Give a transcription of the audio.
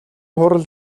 хурал